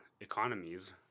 economies